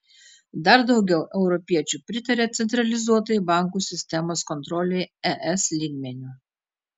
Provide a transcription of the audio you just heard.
dar daugiau europiečių pritaria centralizuotai bankų sistemos kontrolei es lygmeniu